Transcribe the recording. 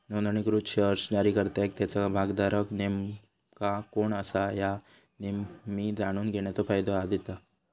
नोंदणीकृत शेअर्स जारीकर्त्याक त्याचो भागधारक नेमका कोण असा ह्या नेहमी जाणून घेण्याचो फायदा देता